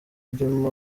irimo